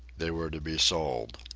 they were to be sold.